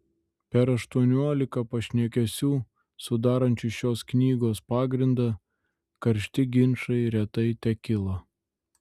per aštuoniolika pašnekesių sudarančių šios knygos pagrindą karšti ginčai retai tekilo